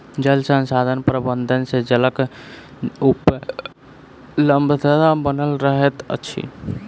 जल संसाधन प्रबंधन सँ जलक उपलब्धता बनल रहैत अछि